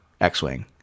X-Wing